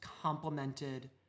complemented